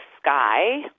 sky